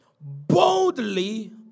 boldly